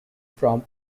from